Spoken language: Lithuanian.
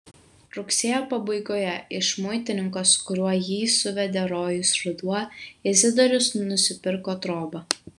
rugsėjo pabaigoje iš muitininko su kuriuo jį suvedė rojus ruduo izidorius nusipirko trobą